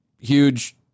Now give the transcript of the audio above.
huge